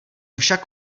však